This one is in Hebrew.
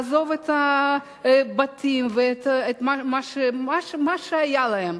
לעזוב את הבתים ואת מה שהיה להם.